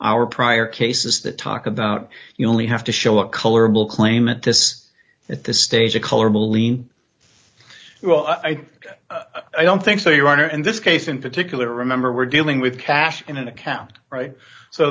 our prior cases that talk about you only have to show a colorable claim at this at this stage of color mylene well i don't think so your honor and this case in particular remember we're dealing with cash in an account right so